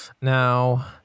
Now